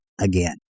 again